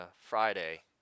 Friday